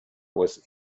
was